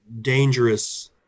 dangerous